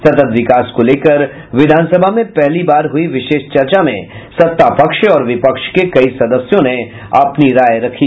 सतत विकास को लेकर विधान सभा में पहली बार हुई विशेष चर्चा में सत्ता पक्ष और विपक्ष के कई सदस्यों ने अपनी राय रखी